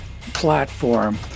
platform